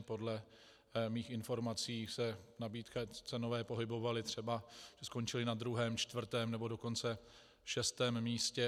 Podle mých informací se nabídky cenové pohybovaly, třeba že skončila na druhém, čtvrtém, nebo dokonce šestém místě.